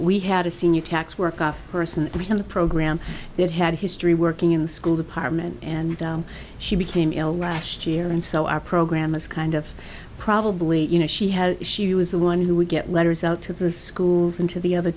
we had a senior tax work off person in the program that had a history working in the school department and she became ill last year and so our program is kind of probably you know she had she was the one who would get letters out to the schools and to the other